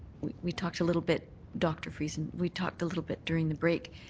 we talked a little bit dr. friesen we talked a little bit during the break.